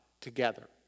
together